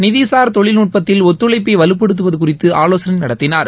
நிதிசார் தொழில்நட்பத்தில் திரு ஒத்துழைப்பை வலுப்படுத்துவது குறித்து ஆலோசனை நடத்தினர்